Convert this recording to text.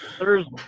Thursday